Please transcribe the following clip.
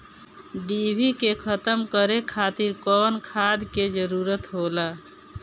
डिभी के खत्म करे खातीर कउन खाद के जरूरत होला?